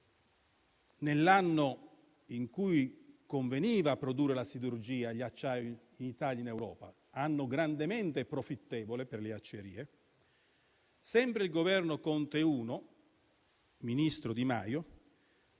nell'anno in cui conveniva produrre gli acciai in Italia e in Europa, un anno grandemente profittevole per le acciaierie, sempre con il Governo Conte I - Ministro dello